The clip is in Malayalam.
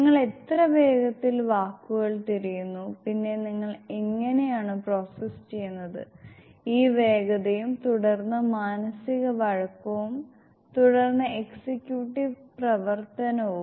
നിങ്ങൾ എത്ര വേഗത്തിൽ വാക്കുകൾ തിരയുന്നു പിന്നെ നിങ്ങൾ എങ്ങനെയാണ് പ്രോസസ്സ് ചെയ്യുന്നത് ഈ വേഗതയും തുടർന്ന് മാനസിക വഴക്കവും തുടർന്ന് എക്സിക്യൂട്ടീവ് പ്രവർത്തനവും